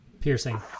Piercing